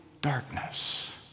darkness